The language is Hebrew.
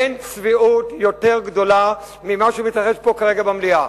אין צביעות יותר גדולה ממה שמתרחש פה כרגע במליאה.